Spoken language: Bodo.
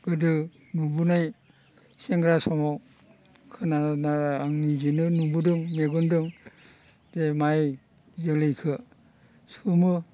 गोदो नुबोनाय सेंग्रा समाव खोनानाय आं निजेनो नुबोदों मेगनजों जे माइ जोलैखो सोमो